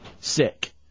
sick